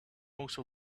also